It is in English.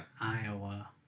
Iowa